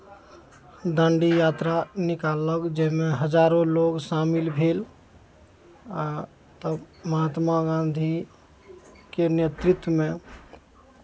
डांडी यात्रा निकाललक जाहिमे हजारोँ लोक शामिल भेल आ तब महात्मा गाँधीके नेतृत्वमे